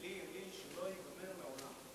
"אלי, אלי, שלא ייגמר לעולם"